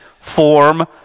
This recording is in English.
form